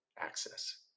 access